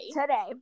today